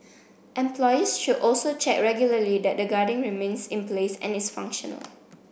employers should also check regularly that the guarding remains in place and is functional